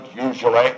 usually